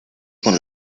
con